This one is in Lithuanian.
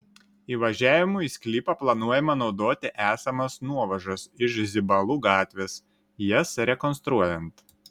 įvažiavimui į sklypą planuojama naudoti esamas nuovažas iš zibalų gatvės jas rekonstruojant